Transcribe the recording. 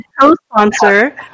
co-sponsor